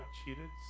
cheated